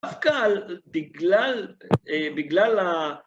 אף קל בגלל